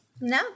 No